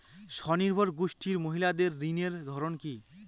স্বনির্ভর গোষ্ঠীর মহিলাদের ঋণের ধরন কি?